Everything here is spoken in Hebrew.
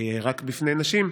רק בפני נשים,